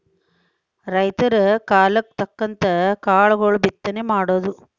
ರೈತರ ಕಾಲಕ್ಕ ತಕ್ಕಂಗ ಕಾಳುಗಳ ಬಿತ್ತನೆ ಮಾಡುದು